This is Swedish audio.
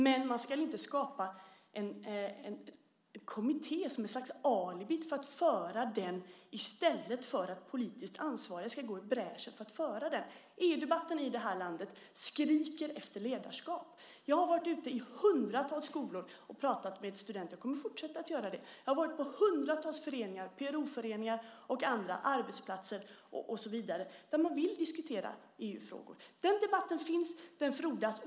Men man ska inte skapa en kommitté som ett slags alibi för att föra den i stället för att politiskt ansvariga ska gå i bräschen för att föra den. EU-debatten i det här landet skriker efter ledarskap. Jag har varit ute i hundratals skolor och pratat med studenter, och jag kommer att fortsätta att göra det. Jag har varit på hundratals föreningar, PRO-föreningar och andra, arbetsplatser och så vidare där man vill diskutera EU-frågor. Den debatten finns och frodas.